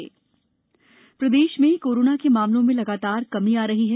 प्रदेश Covid प्रदेश में corona के मामलों में लगातार कमी आ रही है